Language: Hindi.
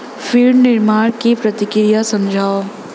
फीड निर्माण की प्रक्रिया समझाओ